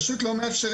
פשוט לא מאפשרים.